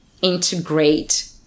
integrate